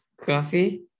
Coffee